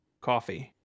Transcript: Coffee